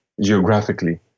geographically